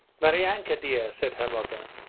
maryanka dear said her mother,